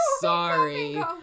Sorry